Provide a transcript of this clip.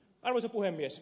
arvoisa puhemies